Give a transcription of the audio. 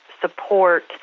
support